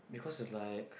because he was like